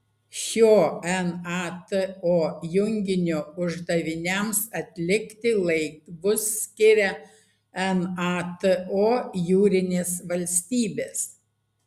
šio nato junginio uždaviniams atlikti laivus skiria nato jūrinės valstybės